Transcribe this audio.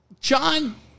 john